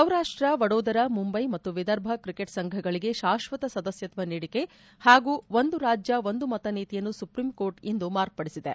ಸೌರಾಷ್ಟ ವಡೋದರಾ ಮುಂಬೈ ಮತ್ತು ವಿದರ್ಭ ಕ್ರಿಕೆಟ್ ಸಂಘಗಳಿಗೆ ಶಾಶ್ವತ ಸದಸ್ಯತ್ವ ನೀಡಿಕೆ ಹಾಗೂ ಒಂದು ರಾಜ್ಯ ಒಂದು ಮತ ನೀತಿಯನ್ನು ಸುಪ್ರೀಂಕೋರ್ಟ್ ಇಂದು ಮಾರ್ಪಡಿಸಿದೆ